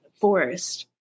forest